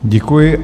Děkuji.